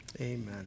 Amen